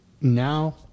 Now